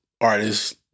artists